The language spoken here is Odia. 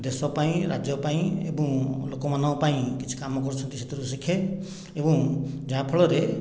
ଦେଶ ପାଇଁ ରାଜ୍ୟ ପାଇଁ ଏବଂ ଲୋକମାନଙ୍କ ପାଇଁ କିଛି କାମ କରିଛନ୍ତି ସେଥିରୁ ଶିଖେ ଏବଂ ଯାହା ଫଳରେ